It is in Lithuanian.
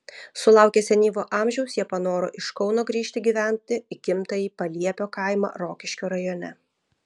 sulaukę senyvo amžiaus jie panoro iš kauno grįžti gyventi į gimtąjį paliepio kaimą rokiškio rajone